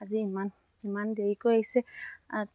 আজি ইমান ইমান দেৰিকৈ আহিছে